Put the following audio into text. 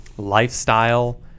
Lifestyle